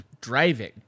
driving